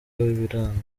biranga